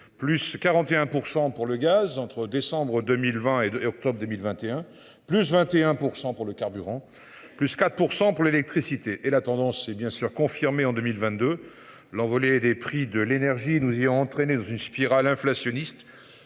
plus 41% pour le gaz entre décembre 2020 et 2 octobre 2021, plus 21% pour le carburant. Plus 4% pour l'électricité et la tendance, c'est bien sûr confirmé en 2022, l'envolée des prix de l'énergie, nous y entraîner dans une spirale inflationniste,